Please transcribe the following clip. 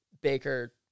Baker